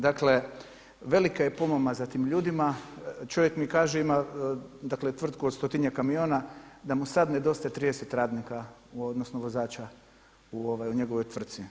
Dakle, velika je pomama za tim ljudima, čovjek mi kaže ima tvrtku od stotinjak kamiona da mu sada nedostaje 30 radnika odnosno vozača u njegovoj tvrci.